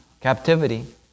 captivity